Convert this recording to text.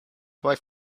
wife